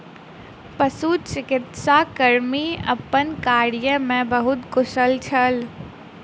पशुचिकित्सा कर्मी अपन कार्य में बहुत कुशल छल